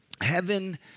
Heaven